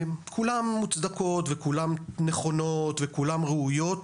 כולן מוצדקות וכולן נכונות וכולן ראויות,